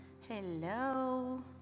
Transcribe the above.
Hello